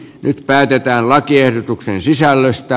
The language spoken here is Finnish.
nyt päätetään lakiehdotuksen sisällöstä